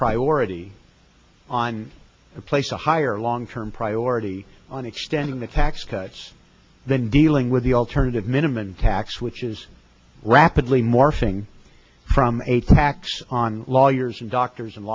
priority on a place to higher long term priority on extending the tax cuts than dealing with the alternative minimum tax which is rapidly morphing from a tax on lawyers and doctors